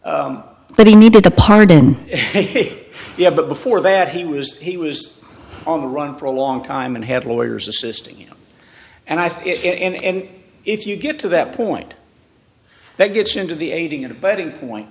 time but he needed a pardon ok yeah but before that he was he was on the run for a long time and had lawyers assisting him and i thought if and if you get to that point that gets into the aiding and abetting point